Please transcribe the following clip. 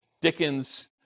Dickens